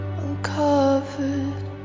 uncovered